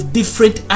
different